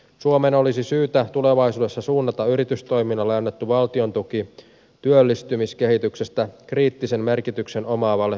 suomen olisi syytä tulevaisuudessa suunnata yritystoiminnalle annettu valtiontuki työllistymiskehityksestä kriittisen merkityksen omaavalle pk sektorille